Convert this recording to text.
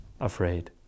afraid